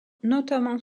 notamment